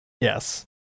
Yes